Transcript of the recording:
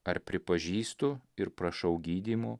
ar pripažįstu ir prašau gydymo